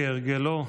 כהרגלו,